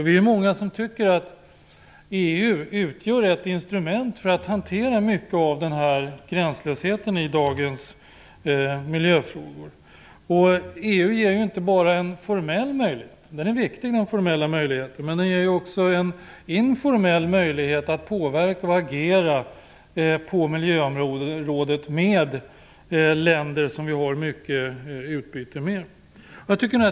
Vi är många som tycker att EU utgör ett instrument för att hantera mycket av gränslösheten i dagens miljöfrågor. EU ger ju inte bara en formell möjlighet - den är visserligen viktig - utan den ger också en informell möjlighet att på miljöområdet påverka och agera tillsammans med länder som vi har mycket utbyte med.